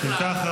תתבייש לך.